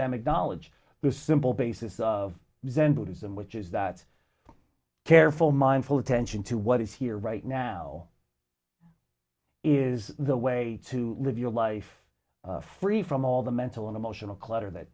them acknowledge the simple basis of zen buddhism which is that careful mindful attention to what is here right now is the way to live your life free from all the mental and emotional clutter that